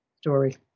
story